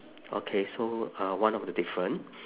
okay so uh one of the different